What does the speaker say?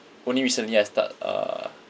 only recently I start uh